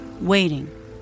waiting